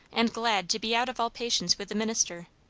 and glad to be out of all patience with the minister.